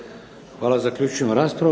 Hvala. Zaključujem raspravu.